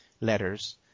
letters